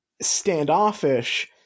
standoffish